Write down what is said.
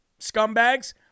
scumbags